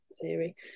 theory